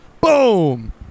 boom